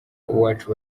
uwacu